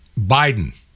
Biden